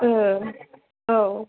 ओ औ